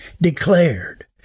declared